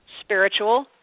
spiritual